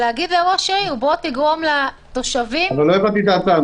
להגיד לראש העיר: בוא תגרום לתושבים --- לא הבנתי את ההצעה.